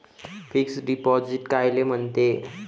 Fix deposit कायले म्हनते?